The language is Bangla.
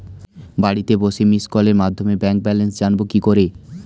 বাড়িতে বসে মিসড্ কলের মাধ্যমে ব্যাংক ব্যালেন্স জানবো কি করে?